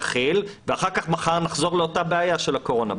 נחיל ואחר כך נחזור מחר לאותה הבעיה של הקורונה.